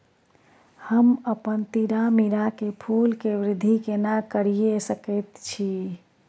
हम अपन तीरामीरा के फूल के वृद्धि केना करिये सकेत छी?